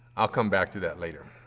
i'll come back to that later.